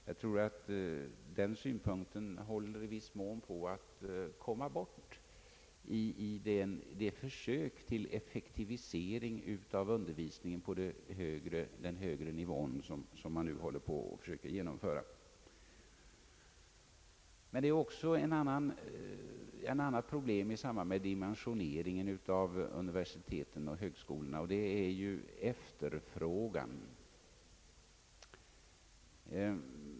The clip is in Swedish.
Jag tror att den synpunkten i viss mån håller på att komma bort vid de försök man nu gör att effektivisera undervisningen på högre nivå. Det finns också ett annat problem i samband med dimensioneringen av universiteten och högskolorna, nämligen efterfrågan.